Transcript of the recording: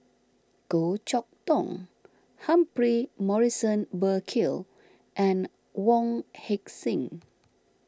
Goh Chok Tong Humphrey Morrison Burkill and Wong Heck Sing